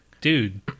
Dude